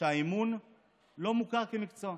שבה האימון לא מוכר כמקצוע?